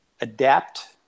adapt